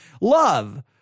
love